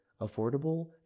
affordable